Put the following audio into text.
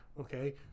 Okay